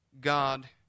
god